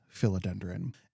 philodendron